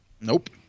Nope